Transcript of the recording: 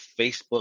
Facebook